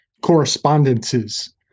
correspondences